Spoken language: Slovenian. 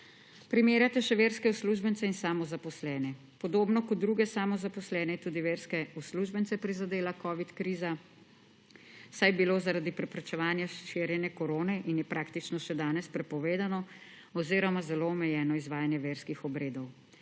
Primerjate še verske uslužbence in samozaposlene. Podobno kot druge samozaposlene je tudi verske uslužbence prizadela covid kriza, saj je bilo zaradi preprečevanja širjenja korone, in je praktično še danes, prepovedano oziroma zelo omejeno izvajanje verskih obredov.